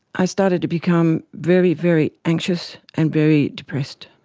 i started to become very, very anxious and very depressed,